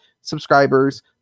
subscribers